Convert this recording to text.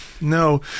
No